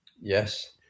Yes